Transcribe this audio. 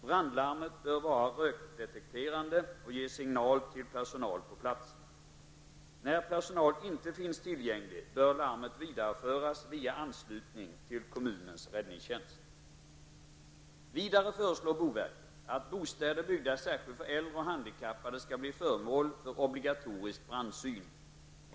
Brandlarmet bör vara rökdetekterande och ge signal till personal på platsen. När personal inte finns tillgänglig bör larmet vidareföras via anslutning till kommunens räddningstjänst. Vidare föreslår boverket att bostäder byggda särskilt för äldre och handikappade skall bli föremål för obligatorisk brandsyn.